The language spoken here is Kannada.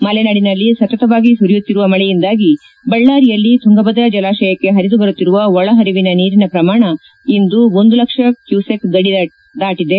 ಮಲೆನಾಡಿನಲ್ಲಿ ಸತತವಾಗಿ ಸುರಿಯುತ್ತಿರುವ ಮಳೆಯಿಂದಾಗಿ ಬಳ್ಳಾರಿಯಲ್ಲಿ ತುಂಗಭದ್ರ ಜಲಾಶಯಕ್ಷೆ ಪರಿದು ಬರುತ್ತಿರುವ ಒಳ ಪರಿವಿನ ನೀರಿನ ಪ್ರಮಾಣ ಇಂದು ಒಂದು ಲಕ್ಷ ಕ್ಲೂಸೆಕ್ ಗಟಿ ದಾಟದೆ